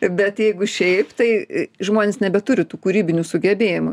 bet jeigu šiaip tai žmonės nebeturi tų kūrybinių sugebėjimų